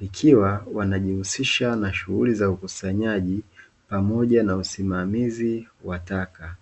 ikiwa wanajihusisha na shughuli za ukusanyaji pamoja na usimamizi wa taka.